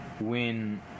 win